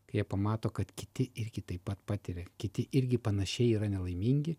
kai jie pamato kad kiti irgi taip pat patiria kiti irgi panašiai yra nelaimingi